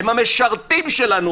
הם המשרתים שלנו,